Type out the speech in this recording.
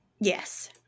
Yes